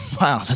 wow